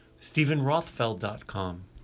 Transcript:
Stephenrothfeld.com